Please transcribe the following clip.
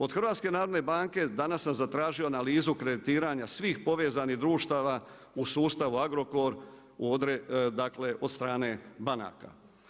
Od HNB-a, danas sam zatražio analizu kreditiranja svih povezanih društava u sustava Agrokor, od strane banaka.